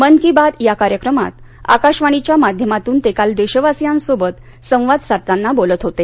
मन की बात या कार्यक्रमात आकाशवाणीच्या माध्यमातून ते काल देशवासियांसोबत संवाद साधताना बोलत होते